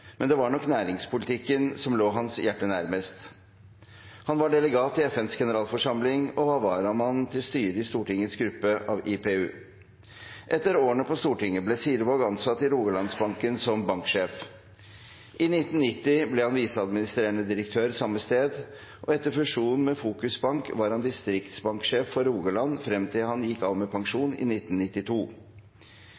men det var nok næringspolitikken som lå hans hjerte nærmest. Han var delegat til FNs generalforsamling og var varamann til styret i Stortingets gruppe av IPU. Etter årene på Stortinget ble Sirevaag ansatt i Rogalandsbanken som banksjef. I 1990 ble han viseadministrerende direktør samme sted, og etter fusjonen med Fokus Bank var han distriktsbanksjef for Rogaland frem til han gikk av med